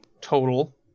total